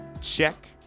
Check